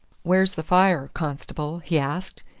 where's the fire, constable? he asked.